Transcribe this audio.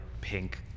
pink